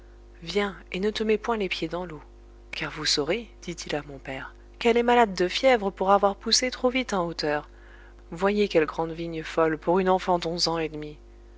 viens et ne te mets point les pieds dans l'eau car vous saurez dit-il à mon père qu'elle est malade de fièvre pour avoir poussé trop vite en hauteur voyez quelle grande vigne folle pour une enfant d'onze ans et demi